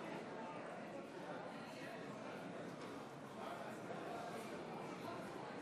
תוצאות ההצבעה: 50 חברי כנסת בעד,